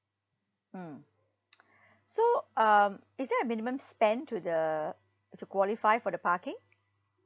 mm so um is there a minimum spend to the to qualify for the parking